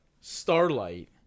Starlight